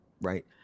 right